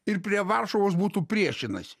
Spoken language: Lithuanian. ir prie varšuvos būtų priešinasi